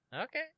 Okay